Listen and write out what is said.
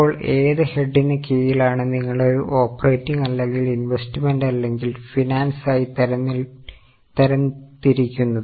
അപ്പോൾ ഏത് ഹെഡിന് കീഴിലാണ് നിങ്ങൾ ഒരു ഓപ്പറേറ്റിംഗ് അല്ലെങ്കിൽ ഇൻവെസ്റ്റ്മെന്റ് അല്ലെങ്കിൽ ഫിനാൻസ് ആയി തരം തിരിക്കുന്നത്